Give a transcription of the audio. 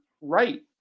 right